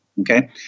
Okay